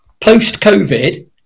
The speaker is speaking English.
post-COVID